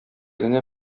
генә